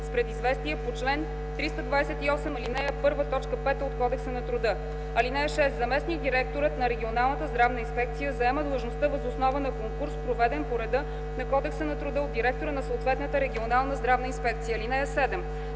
с предизвестие по чл. 328, ал. 1, т. 5 от Кодекса на труда. (6) Заместник-директорът на регионалната здравна инспекция заема длъжността въз основа на конкурс, проведен по реда на Кодекса на труда от директора на съответната регионална здравна инспекция. (7)